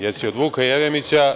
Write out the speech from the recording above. Jesi od Vuka Jeremića?